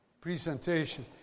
presentation